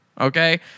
okay